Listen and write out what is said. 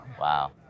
Wow